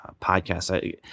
podcast